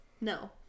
No